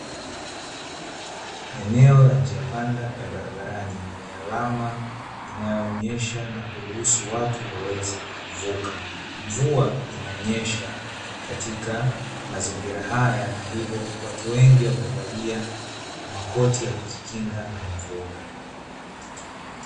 Eneo la njia panda ya barabarani yenye alama inayoonesha na kuruhusu watu waweze kuvuka, mvua inanyesha katika mazingira haya na hivyo watu wengi wamevaa makoti ya kujikinga na mvua.